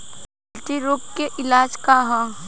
गिल्टी रोग के इलाज का ह?